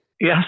Yes